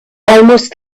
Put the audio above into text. almost